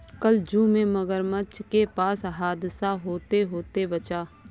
कल जू में मगरमच्छ के पास हादसा होते होते बचा